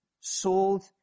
sold